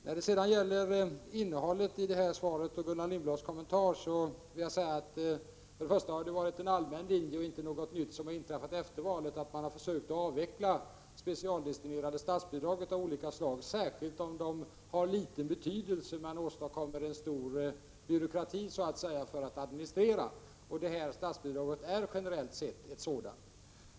När det sedan gäller innehållet i svaret och Gullan Lindblads kommentarer vill jag för det första säga att det har varit en allmän linje, inte någonting nytt som inträffat efter valet, att man försöker avveckla specialdestinerade statsbidrag av olika slag, särskilt om dessa har liten betydelse men åstadkommer en stor administrativ byråkrati. Det här statsbidraget är generellt sett ett sådant.